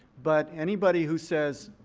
but anybody who says